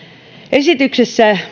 esityksessä